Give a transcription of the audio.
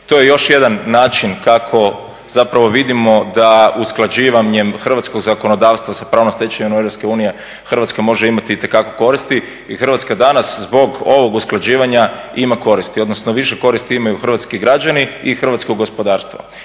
To je još jedan način kako zapravo vidimo da usklađivanjem hrvatskog zakonodavstva sa pravnom stečevinom EU Hrvatska može imati itekako koristi i Hrvatska danas zbog ovog usklađivanja ima koristi, odnosno više koristi imaju hrvatski građani i hrvatsko gospodarstvo.